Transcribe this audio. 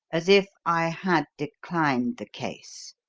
as if i had declined the case.